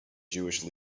jewish